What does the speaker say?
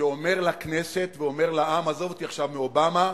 שאומר לכנסת ואומר לעם, עזוב אותי עכשיו מאובמה: